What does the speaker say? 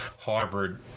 hybrid